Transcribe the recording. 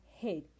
head